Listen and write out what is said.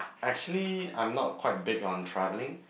actually I am not quite big on travelling